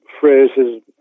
phrases